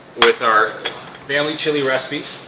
with our family chili recipes